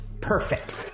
Perfect